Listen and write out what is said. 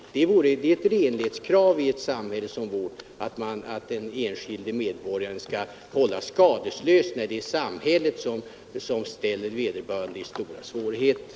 Det är ett renlighetskrav i ett samhälle som vårt att den enskilde medborgaren hålls skadeslös när det är samhället som försätter vederbörande i stora svårigheter.